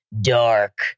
dark